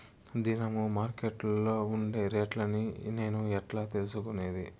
దినము మార్కెట్లో ఉండే రేట్లని నేను ఎట్లా తెలుసుకునేది?